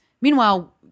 Meanwhile